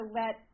let